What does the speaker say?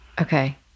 Okay